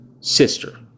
sister